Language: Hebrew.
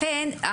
לכן,